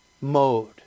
mode